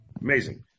amazing